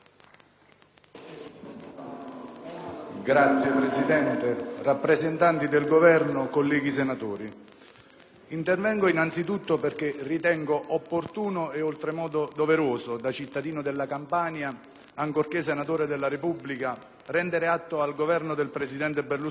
Signor Presidente, rappresentanti del Governo, colleghi senatori, intervengo innanzitutto perché ritengo opportuno e oltremodo doveroso, da cittadino della Campania ancorché senatore della Repubblica, rendere atto al Governo del presidente Berlusconi